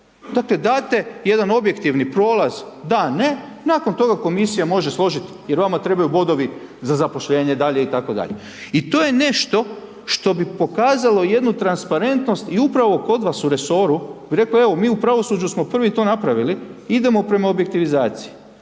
Dakle, date jedan objektivni prolaz DA, NE, nakon toga Komisija može složit, jer vama trebaju bodovi za zaposlenje dalje itd. I to je nešto što bi pokazalo jednu transparentnost i upravo kod vas u resoru, pa bi rekli, evo, mi u pravosuđu smo to prvi napravili, idemo prema objektivizaciji.